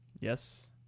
Yes